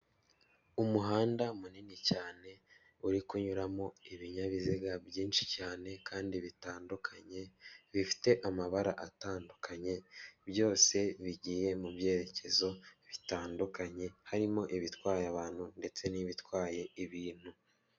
Umuhanda munini cyane uri kunyuramo ibinyabiziga byinshi cyane kandi bitandukanye, bifite amabara atandukanye, byose bigiye mu byerekezo bitandukanye, harimo ibitwaye abantu ndetse n'ibitwaye ibintu,